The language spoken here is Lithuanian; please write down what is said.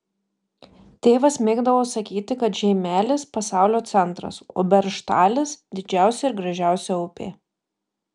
tėvas mėgdavo sakyti kad žeimelis pasaulio centras o beržtalis didžiausia ir gražiausia upė